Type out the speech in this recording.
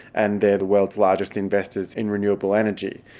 and they're the world's largest investors in renewable energy.